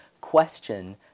question